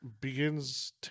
begins